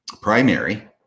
primary